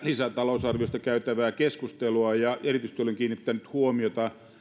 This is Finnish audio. lisätalousarviosta käytävää keskustelua ja erityisesti olen kiinnittänyt huomiota